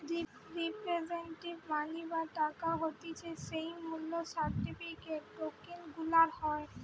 representative money বা টাকা হতিছে যেই মূল্য সার্টিফিকেট, টোকেন গুলার হয়